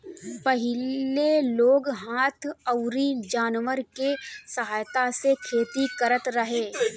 पहिले लोग हाथ अउरी जानवर के सहायता से खेती करत रहे